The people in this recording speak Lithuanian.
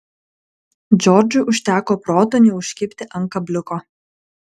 džordžui užteko proto neužkibti ant kabliuko